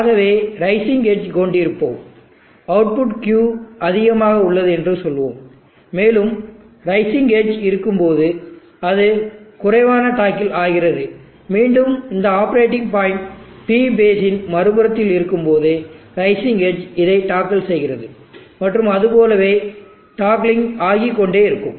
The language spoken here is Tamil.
ஆகவே ரைசிங் எட்ஜ் கொண்டிருப்போம் அவுட்புட் Q அதிகமாக உள்ளது என்று சொல்வோம் மேலும் ரைசிங் எட்ஜ் இருக்கும்போது அது குறைவாக டாக்கில் ஆகிறது மீண்டும் இந்த operating point P phase in மறுபுறத்தில் இருக்கும்போது ரைசிங் எட்ஜ் இதை டாக்கில் செய்கிறது மற்றும் அது போலவே டாக்கிலிங்க் ஆகிக்கொண்டே இருக்கிறது